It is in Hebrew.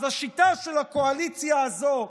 אז השיטה של הקואליציה הזו,